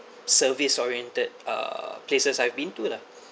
service oriented uh places I've been to lah